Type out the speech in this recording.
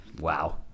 Wow